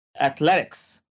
athletics